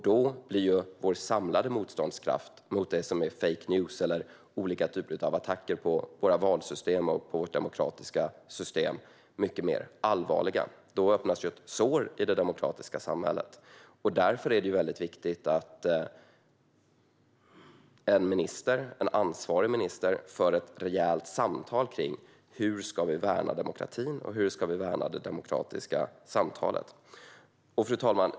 Då blir vår samlade motståndskraft mot det som är fake news eller olika typer av attacker mot våra valsystem och vårt demokratiska system mycket svagare, och det hela blir mycket mer allvarligt. Då öppnas ett sår i det demokratiska samhället. Därför är det viktigt att en minister, en ansvarig minister, för ett rejält samtal om hur vi ska värna demokratin och det demokratiska samtalet. Fru talman!